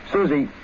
Susie